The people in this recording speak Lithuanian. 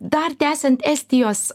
dar tęsiant estijos